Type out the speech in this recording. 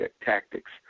tactics